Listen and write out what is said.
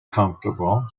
comfortable